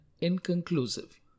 inconclusive